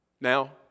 Now